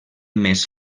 més